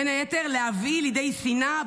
בין היתר: "להביא לידי שנאה,